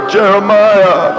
Jeremiah